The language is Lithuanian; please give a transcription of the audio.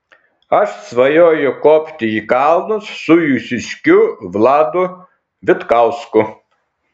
aš svajoju kopti į kalnus su jūsiškiu vladu vitkausku